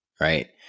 Right